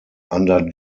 under